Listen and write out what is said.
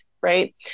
Right